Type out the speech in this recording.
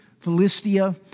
Philistia